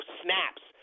snaps